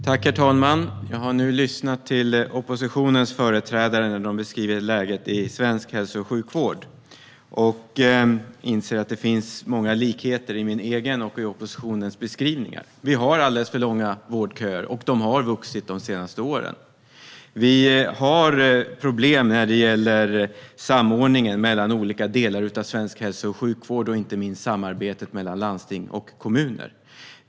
Herr talman! Jag har nu lyssnat till oppositionens företrädare när de beskriver läget i svensk hälso och sjukvård och inser att det finns många likheter mellan min beskrivning och oppositionens beskrivningar. Vi har alldeles för långa vårdköer, och de har vuxit de senaste åren. Vi har problem när det gäller samordningen mellan olika delar av svensk hälso och sjukvård och inte minst när det gäller samarbetet mellan landsting och kommuner.